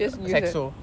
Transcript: sacso